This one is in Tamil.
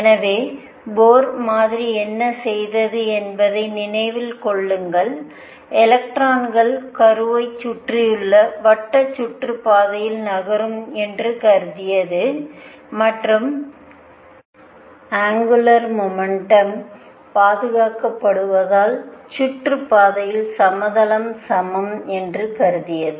எனவே போர் மாதிரி என்ன செய்தது என்பதை நினைவில் கொள்ளுங்கள் எலக்ட்ரான்கள் கருவைச் சுற்றியுள்ள வட்ட சுற்றுப்பாதையில் நகரும் என்று கருதியது மற்றும் அங்குலார் மொமெண்டம் பாதுகாக்கப்படுவதால் சுற்று பாதையின் சமதளம் சமம் என்று கருதியது